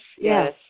yes